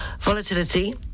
volatility